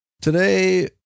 today